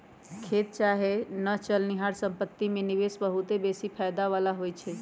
खेत चाहे न चलनिहार संपत्ति में निवेश बहुते बेशी फयदा बला होइ छइ